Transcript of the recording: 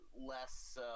less